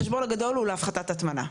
החשבון הגדול הוא להפחתת הטמנה.